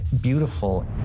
beautiful